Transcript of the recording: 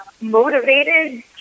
motivated